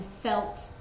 felt